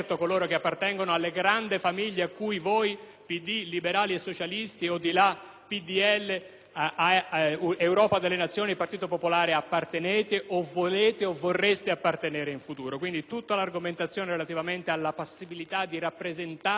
dell'Europa delle Nazioni e del Partito popolare europeo appartenete, volete o vorreste appartenere in futuro. Quindi, tutta l'argomentazione relativa alla possibilità di rappresentare meglio gli interessi del nostro Paese a Bruxelles o a Strasburgo, la potete mettere da parte.